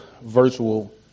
virtual